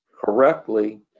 correctly